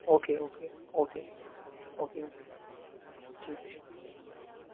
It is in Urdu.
اوکے اوکے اوکے اوکے ٹھیک ہے